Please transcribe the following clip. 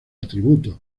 atributos